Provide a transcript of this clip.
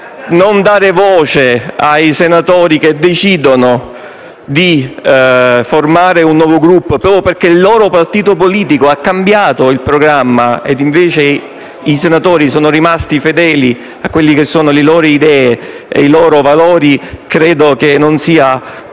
non dare voce ai senatori che decidono di formare un nuovo Gruppo, proprio perché il loro partito politico ha cambiato il programma e invece essi sono rimasti fedeli alle loro idee e ai loro valori, non sia